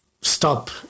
stop